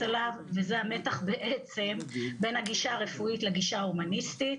אליו וזה המתח בין הגישה הרפואית לגישה ההומניסטית.